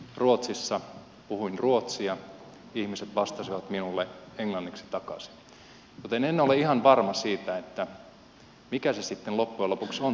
ruotsissa puhuin ruotsia ihmiset vastasivat minulle englanniksi takaisin joten en ole ihan varma siitä mikä sitten loppujen lopuksi on tuo ruotsin asema kansainvälisillä kentillä